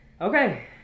Okay